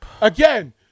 Again